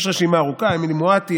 יש רשימה ארוכה: אמילי מואטי,